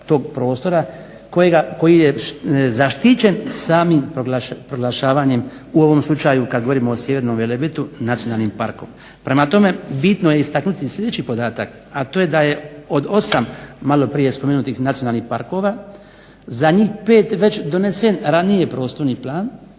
tog prostora koji je zaštićen samim proglašavanjem u ovom slučaju kad govorimo o Sjevernom Velebitu nacionalnim parkom. Prema tome bitno je istaknuti i sljedeći podatak, a to je da je od 8 maloprije spomenutih nacionalnih parkova za njih 5 već donesen ranije prostorni plan